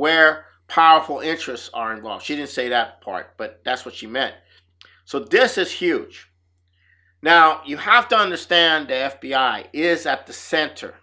where powerful interests are in law she didn't say that part but that's what she meant so this is huge now you have to understand the f b i is at the center